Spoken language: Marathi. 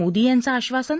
मोदी यांचं आश्वासन